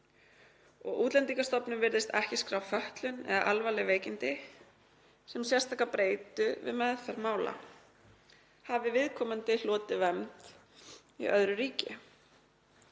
og Útlendingastofnun virðist ekki skrá fötlun eða alvarleg veikindi sem sérstaka breytu við meðferð mála hafi viðkomandi hlotið vernd í öðru ríki.